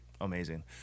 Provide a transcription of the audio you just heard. amazing